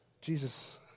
Jesus